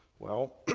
well,